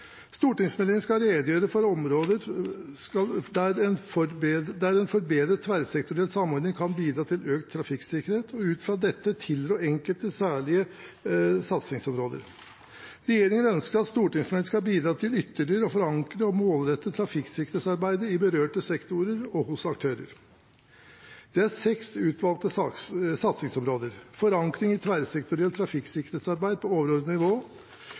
Stortingsmeldingen skal redegjøre for områder der en forbedret tverrsektoriell samordning kan bidra til økt trafikksikkerhet og ut fra dette tilrå enkelte særlige satsingsområder. Regjeringen ønsker at stortingsmeldingen skal bidra til ytterligere å forankre og målrette trafikksikkerhetsarbeidet i berørte sektorer og hos aktører. Det er seks utvalgte satsingsområder: forankring av tverrsektorielt trafikksikkerhetsarbeid på overordnet nivå